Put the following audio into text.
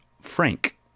frank